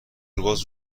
روباز